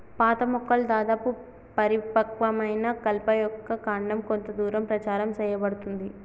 పాత మొక్కల దాదాపు పరిపక్వమైన కలప యొక్క కాండం కొంత దూరం ప్రచారం సేయబడుతుంది